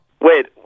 Wait